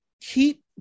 Keep